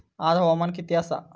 आज हवामान किती आसा?